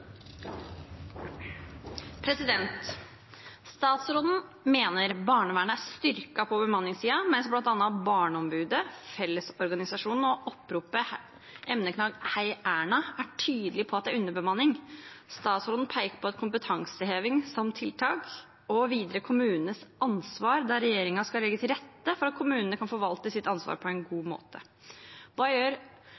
oppropet #heierna er tydelige på at det er underbemanning. Statsråden peker på kompetanseheving som tiltak, og videre kommunenes ansvar, der regjeringen skal legge til rette for at kommunene kan forvalte sitt ansvar på en god